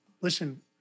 Listen